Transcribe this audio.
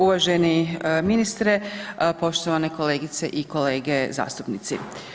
Uvaženi ministre, poštovane kolegice i kolege zastupnici.